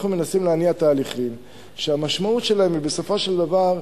אנחנו מנסים להניע תהליכים שהמשמעות שלהם היא בסופו של דבר,